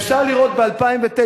אפשר לראות ב-2009,